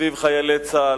סביב חיילי צה"ל.